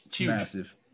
Massive